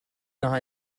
not